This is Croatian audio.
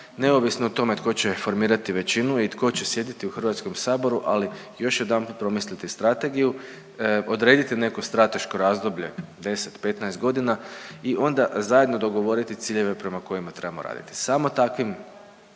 neovisno o tome tko će formirati većinu i tko će sjediti u Hrvatskom saboru ali još jedanput promisliti strategiju, odrediti neko strateško razdoblje 10, 15 godina i onda zajedno dogovoriti ciljeve prema kojima trebamo raditi. Samo takvim